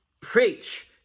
preach